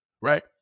right